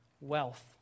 wealth